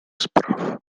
spraw